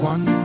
One